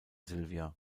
sylvia